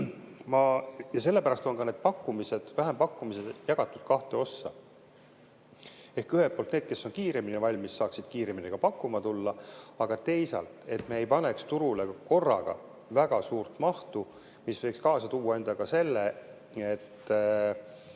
on. Sellepärast on ka need vähempakkumised jagatud kahte ossa. Ühelt poolt, et need, kes on kiiremini valmis, saaksid kiiremini pakkuma tulla. Aga teisalt, et me ei paneks turule korraga väga suurt mahtu, mis võib kaasa tuua selle, et